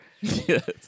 Yes